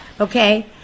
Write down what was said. Okay